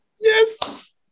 Yes